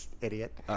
Idiot